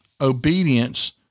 obedience